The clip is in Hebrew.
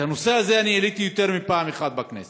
את הנושא הזה אני העליתי יותר מפעם אחת בכנסת,